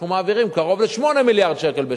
אנחנו מעבירים קרוב ל-8 מיליארד שקל בשנה.